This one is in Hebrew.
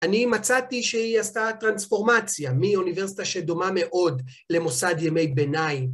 אני מצאתי שהיא עשתה טרנספורמציה מאוניברסיטה שדומה מאוד למוסד ימי ביניים.